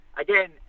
Again